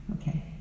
Okay